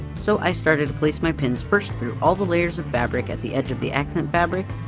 so i started to place my pins first through all the layers of fabric, at the edge of the accent fabric.